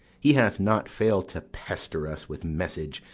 he hath not fail'd to pester us with message,